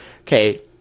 Okay